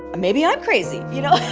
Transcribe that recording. maybe i'm crazy, you know?